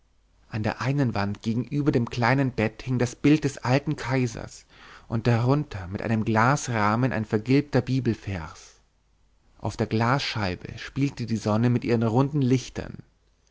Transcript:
an der einen wand gegenüber dem kleinen bett hing das bild des alten kaisers und darunter unter einem glasrahmen ein vergilbter bibelvers auf der glasscheibe spielte die sonne mit ihren runden lichtern